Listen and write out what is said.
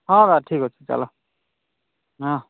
ହଁ ବା ଠିକ୍ ଅଛି ଚାଲ ହଁ